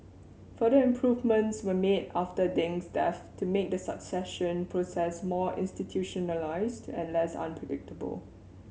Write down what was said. further improvements were made after Deng's death to make the succession process more institutionalised and less unpredictable